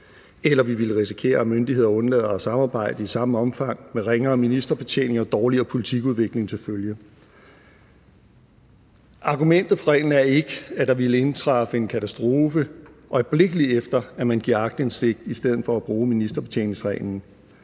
eller vi ville risikere, at myndigheder undlod at samarbejde i det samme omfang med ringere ministerbetjening og dårligere politikudvikling til følge. Argumentet er ikke, at der ville indtræffe en katastrofe, øjeblikkeligt efter at man gav aktindsigt i stedet for at bruge ministerbetjeningsreglen.